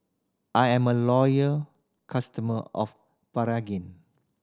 I'm a loyal customer of Pregain